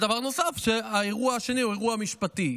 דבר נוסף, האירוע השני הוא אירוע משפטי.